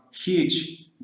huge